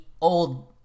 old